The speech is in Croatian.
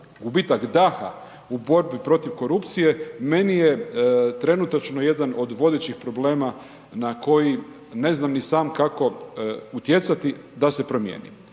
gubitak daha u borbi protiv korupcije meni je trenutačno jedan od vodećih problema na koji ne znam ni sam kako utjecati da se promijeniti.